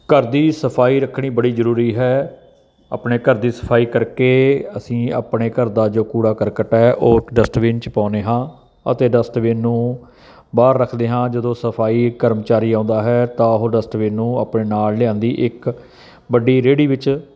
ਘਰ ਦੀ ਸਫਾਈ ਰੱਖਣੀ ਬੜੀ ਜ਼ਰੂਰੀ ਹੈ ਆਪਣੇ ਘਰ ਦੀ ਸਫਾਈ ਕਰਕੇ ਅਸੀਂ ਆਪਣੇ ਘਰ ਦਾ ਜੋ ਕੂੜਾ ਕਰਕਟ ਹੈ ਉਹ ਡਸਟਵਿਨ 'ਚ ਪਾਉਂਦੇ ਹਾਂ ਅਤੇ ਡਸਟਬਿਨ ਨੂੰ ਬਾਹਰ ਰੱਖਦੇ ਹਾਂ ਜਦੋਂ ਸਫਾਈ ਕਰਮਚਾਰੀ ਆਉਂਦਾ ਹੈ ਤਾਂ ਉਹ ਡਸਟਬਿਨ ਨੂੰ ਆਪਣੇ ਨਾਲ ਲਿਆਉਂਦੀ ਇੱਕ ਵੱਡੀ ਰੇਹੜੀ ਵਿੱਚ